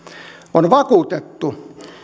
on vakuutettu